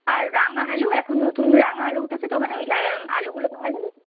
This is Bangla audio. আর রাঙা আলু এখন নতুন রাঙা আলু উঠেছে তো মানে ওই লা আলুগুলো পাওয়া যাবে কি